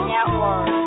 Network